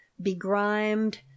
begrimed